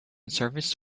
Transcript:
service